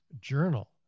Journal